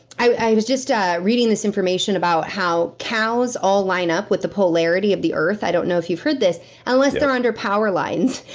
i was just ah reading this information about how cows all line up with the polarity of the earth. i don't know if you've heard this yes unless they're under power lines.